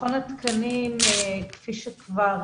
מכון התקנים כפי שכבר